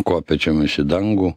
kopėčiomis į dangų